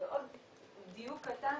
עוד דיוק קטן,